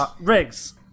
Riggs